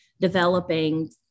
developing